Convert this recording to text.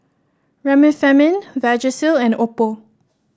Remifemin Vagisil and Oppo